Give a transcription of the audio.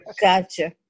Gotcha